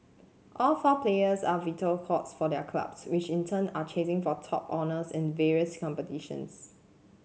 all four players are vital cogs for their clubs which in turn are chasing for top honours in various competitions